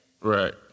Right